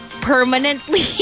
permanently